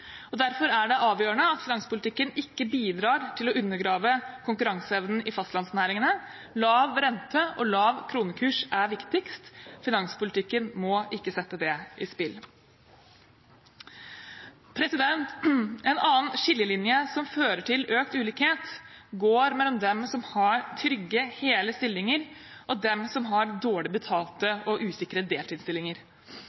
næringer. Derfor er det avgjørende at finanspolitikken ikke bidrar til å undergrave konkurranseevnen i fastlandsnæringene. Lav rente og lav kronekurs er viktigst. Finanspolitikken må ikke sette det i spill. En annen skillelinje som fører til økt ulikhet, går mellom dem som har trygge, hele stillinger, og dem som har dårlig betalte